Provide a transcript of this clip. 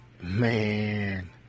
man